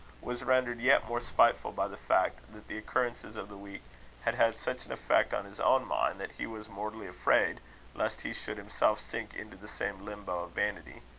was rendered yet more spiteful by the fact, that the occurrences of the week had had such an effect on his own mind, that he was mortally afraid lest he should himself sink into the same limbo of vanity.